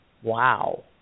Wow